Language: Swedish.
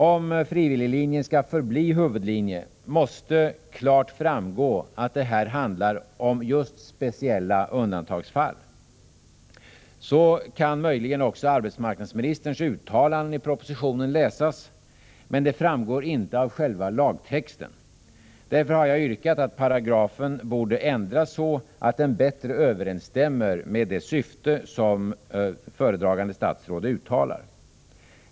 Om frivilliglinjen skall förbli huvudlinjen, måste det klart framgå att det här handlar om just speciella undantagsfall. Så kan möjligen också arbetsmarknadsministerns uttalanden i propositionen läsas, men det framgår inte 49 av själva lagtexten. Därför har jag yrkat att paragrafen borde ändras så att den bättre överensstämmer med det syfte som föredragande statsrådet uttalar.